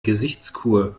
gesichtskur